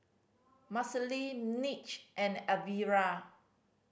Marcelle Mitch and Elvira